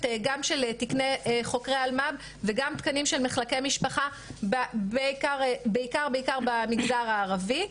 גם של תקני חוקרי אלמ"ב וגם תקנים של מחלקי משפחה בעיקר במגזר הערבי.